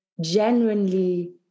genuinely